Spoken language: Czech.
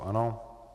Ano.